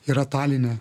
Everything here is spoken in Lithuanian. yra taline